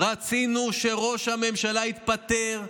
רצינו שראש הממשלה יתפטר,